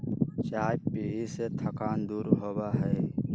चाय पीये से थकान दूर होबा हई